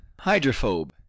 hydrophobe